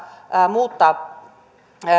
muuttaa